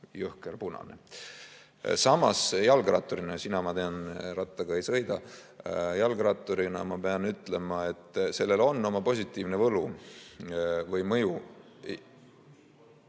jõhker punane. Samas jalgratturina – sina, ma tean, rattaga ei sõida – ma pean ütlema, et sellel on oma positiivne võlu või mõju.